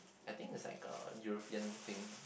I think its like a European thing